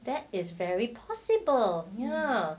that is very possible ya